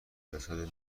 جسد